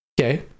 Okay